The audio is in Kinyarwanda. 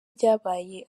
byabaye